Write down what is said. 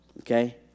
Okay